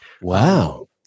wow